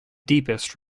deepest